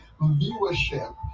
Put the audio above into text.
viewership